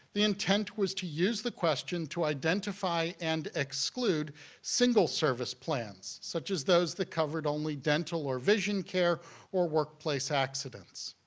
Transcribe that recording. the intent was to use the question to identify and exclude single-service plans such as those that covered only dental or vision care or workplace accidents.